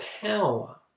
power